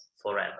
forever